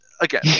again